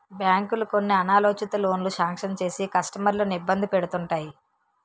బ్యాంకులు కొన్ని అనాలోచిత లోనులు శాంక్షన్ చేసి కస్టమర్లను ఇబ్బంది పెడుతుంటాయి